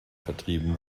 vertrieben